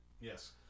Yes